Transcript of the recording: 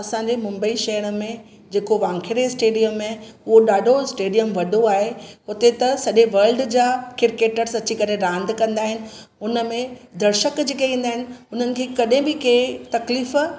असांजे मुंबई शहर में जेको वानखेड़े स्टेडिअम आहे उहो ॾाढो स्टेडिअम वॾो आहे उते त सॼे वल्ड जा किरकेटर्स अची करे रांदि कंदा आहिनि उनमें दर्शक जेके ईंदा आहिनि उन्हनि खे कॾहिं बि कंहिं तकलीफ़